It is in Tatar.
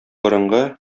борынгы